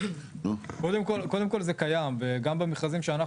קודם כל זה קיים, גם במכרזים שאנחנו.